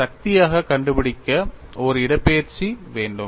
நான் சக்தியாக கண்டுபிடிக்க ஒரு இடப்பெயர்ச்சி வேண்டும்